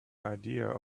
idea